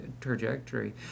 trajectory